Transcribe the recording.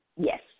Yes